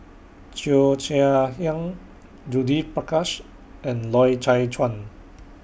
Cheo Chai Hiang Judith Prakash and Loy Chye Chuan